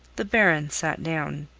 the baron sat down.